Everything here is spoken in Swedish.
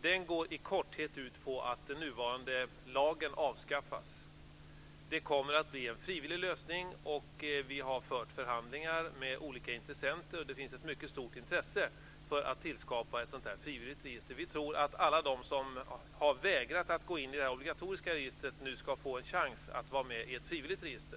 Propositionen går i korthet ut på att den nuvarande lagen avskaffas. Det kommer att bli en frivillig lösning. Vi har fört förhandlingar med olika intressenter. Det finns ett mycket stort intresse för att tillskapa ett frivilligt register. Vi tror att alla de som har vägrat att gå in i det obligatoriska registret nu skall få en chans att vara med i ett frivilligt register.